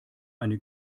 eine